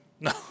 No